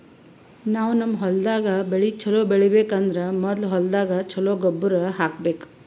ನಾವ್ ನಮ್ ಹೊಲ್ದಾಗ್ ಬೆಳಿ ಛಲೋ ಬೆಳಿಬೇಕ್ ಅಂದ್ರ ಮೊದ್ಲ ಹೊಲ್ದಾಗ ಛಲೋ ಗೊಬ್ಬರ್ ಹಾಕ್ಬೇಕ್